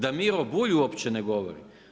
Da Miro Bulj uopće ne govori.